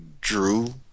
drew